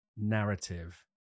narrative